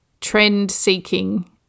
trend-seeking